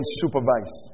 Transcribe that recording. supervise